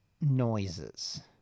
noises